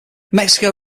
mexico